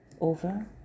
over